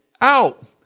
out